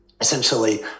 essentially